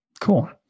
Cool